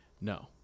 no